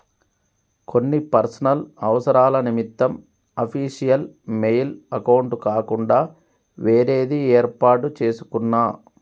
కొన్ని పర్సనల్ అవసరాల నిమిత్తం అఫీషియల్ మెయిల్ అకౌంట్ కాకుండా వేరేది యేర్పాటు చేసుకున్నా